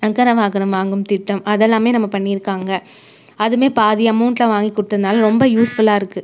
சக்கர வாகனம் வாங்கும் திட்டம் அதெல்லாமே நம்ம பண்ணியிருக்காங்க அதுவுமே பாதி அமௌன்டில் வாங்கி கொடுத்ததுனால ரொம்ப யூஸ்ஃபுல்லாக இருக்கு